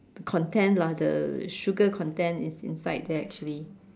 the content lah the sugar content is inside there actually